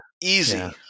easy